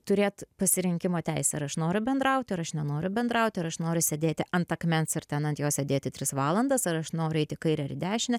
turėti pasirinkimo teisę ar aš noriu bendraut ar aš nenoriu bendraut ar aš noriu sėdėt ant akmens ar ten ant jo sėdėti tris valandas ar aš noriu eit į kairę ar į dešinę